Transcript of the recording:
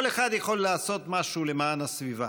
כל אחד יכול לעשות משהו למען הסביבה.